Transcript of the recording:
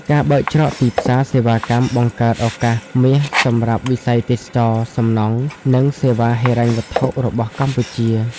ការបើកច្រកទីផ្សារសេវាកម្មបង្កើតឱកាសមាសសម្រាប់វិស័យទេសចរណ៍ សំណង់ និងសេវាហិរញ្ញវត្ថុរបស់កម្ពុជា។